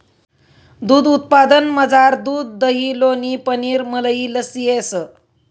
दूध उत्पादनमझार दूध दही लोणी पनीर मलई लस्सी येस